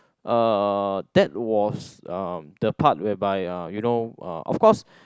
uh that was uh the part whereby uh you know uh of course